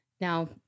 Now